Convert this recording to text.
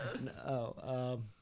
No